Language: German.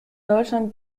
deutschland